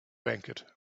banquet